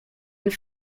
and